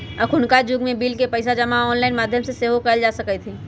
अखुन्का जुग में बिल के पइसा जमा ऑनलाइन माध्यम द्वारा सेहो कयल जा सकइत हइ